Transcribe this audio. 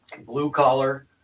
blue-collar